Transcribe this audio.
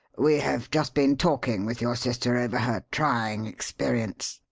we have just been talking with your sister over her trying experience.